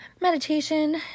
meditation